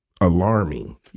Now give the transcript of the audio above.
alarming